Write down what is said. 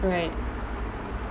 right